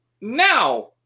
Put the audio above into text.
Now